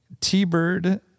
T-Bird